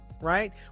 right